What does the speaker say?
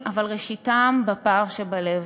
אבל ראשיתם בפער שבלב,